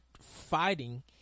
fighting